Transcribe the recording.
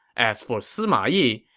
as for sima yi,